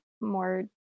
more